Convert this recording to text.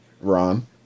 Ron